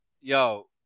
Yo